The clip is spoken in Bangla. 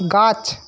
গাছ